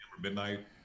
midnight